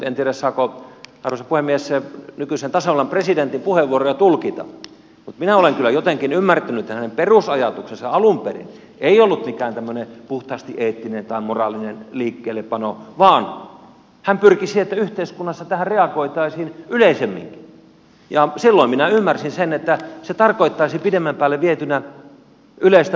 en tiedä saako arvoisa puhemies nykyisen tasavallan presidentin puheenvuoroja tulkita mutta minä olen kyllä jotenkin ymmärtänyt että hänen perusajatuksensa alun perin ei ollut mikään tämmöinen puhtaasti eettinen tai moraalinen liikkeellepano vaan hän pyrki siihen että yhteiskunnassa tähän reagoitaisiin yleisemminkin ja silloin minä ymmärsin että se tarkoittaisi pidemmän päälle vietynä yleistä palkka alennusta